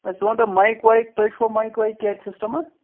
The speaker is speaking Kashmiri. اچھا ژٕ وَنتہ مایِک وایِک تۄہہِ چھُوا مایِک وایِک کیٚنٛہہ اَتہِ سِسٹَما